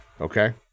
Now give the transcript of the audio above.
okay